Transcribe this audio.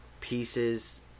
pieces